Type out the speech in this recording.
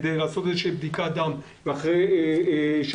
כדי לעשות איזו בדיקת דם ואחרי שעתיים,